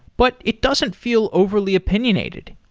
but it doesn't feel overly opinionated.